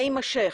ויימשך.